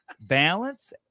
balance